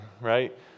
right